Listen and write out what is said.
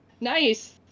nice